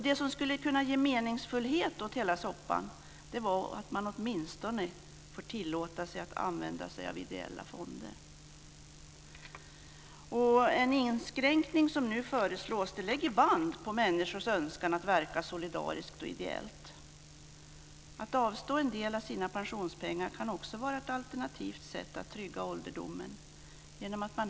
Det som skulle kunna ge meningsfullhet åt hela soppan är att man åtminstone får tillåtelse att använda sig av ideella fonder. Den inskränkning som nu föreslås lägger band på människors önskan att verka solidariskt och ideellt. Att avstå en del av sina pensionspengar kan vara ett alternativt sätt att trygga ålderdomen.